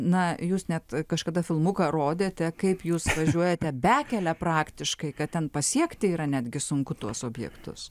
na jūs net kažkada filmuką rodėte kaip jūs važiuojate bekele praktiškai kad ten pasiekti yra netgi sunku tuos objektus